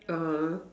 uh